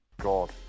God